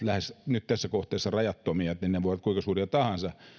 tässä kohteessa nyt lähes rajattomia ja ne voivat olla kuinka suuria tahansa tänne